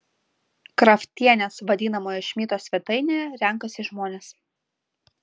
kraftienės vadinamoje šmito svetainėje renkasi žmonės